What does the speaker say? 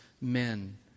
men